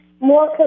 more